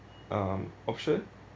um option